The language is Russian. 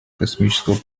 космического